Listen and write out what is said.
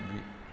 बे